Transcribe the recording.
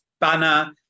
banner